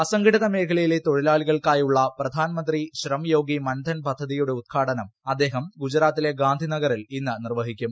അസംഘടിത മേഖലയിലെ തൊഴിലാളികൾക്കായുള്ള പ്രധാൻമന്ത്രി ശ്രം യോഗി മൻധൻ പദ്ധതിയുടെ ഉദ്ഘാടനം അദ്ദേഹം ഗുജറാത്തിലെ ഗാന്ധിനഗറിൽ ഇന്ന് നിർവ്വഹിക്കും